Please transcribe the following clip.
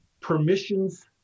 permissions